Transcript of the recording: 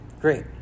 great